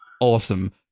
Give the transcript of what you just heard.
awesome